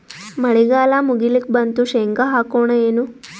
ಮಳಿಗಾಲ ಮುಗಿಲಿಕ್ ಬಂತು, ಶೇಂಗಾ ಹಾಕೋಣ ಏನು?